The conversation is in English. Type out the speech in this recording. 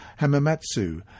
Hamamatsu